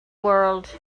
world